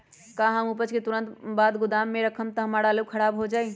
का हम उपज के तुरंत बाद गोदाम में रखम त हमार आलू खराब हो जाइ?